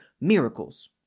miracles